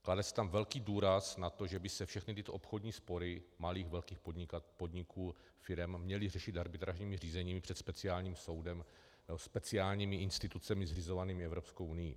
Klade se tam velký důraz na to, že by se všechny tyto obchodní spory malých, velkých podniků, firem měly řešit arbitrážními řízeními před speciálním soudem, speciálními institucemi zřizovanými Evropskou unií.